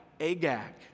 Agag